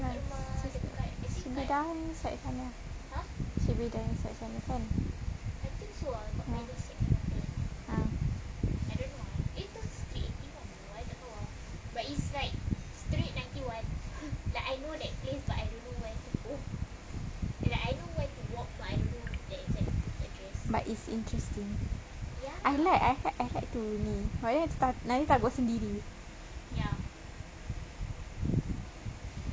sebelah dalam side sana should be the other side sana kan ah but is interesting I like I like I like to ni but then nanti takut sendiri